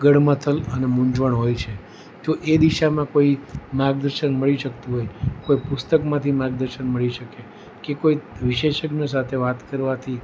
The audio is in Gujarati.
ગડમથલ અને મુંઝવણ હોય છે જો એ દિશામાં કોઈ માર્ગદર્શન મળી શકતું હોય કોઈ પુસ્તકમાંથી માર્ગદર્શન મળી શકે કે કોઈ વિશેષજ્ઞ સાથે વાત કરવાથી